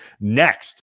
next